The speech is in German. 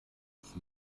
ist